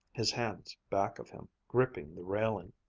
his hands back of him, gripping the railing.